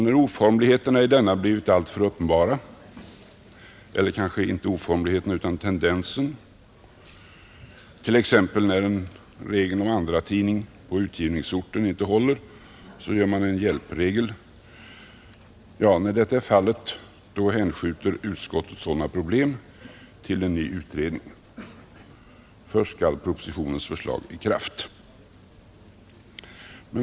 När oformligheten eller rättare sagt tendensen i propositionen blivit alltför uppenbar — t.ex. då regeln om andratidning på utgivningsorten inte håller — så gör man en hjälpregel och hänskjuter problemen till en ny utredning. Men först skall propositionens förslag träda i kraft.